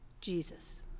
Jesus